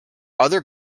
other